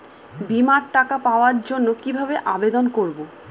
বিমার টাকা পাওয়ার জন্য কিভাবে আবেদন করব?